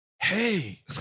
hey